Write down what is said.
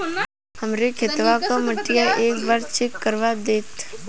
हमरे खेतवा क मटीया एक बार चेक करवा देत?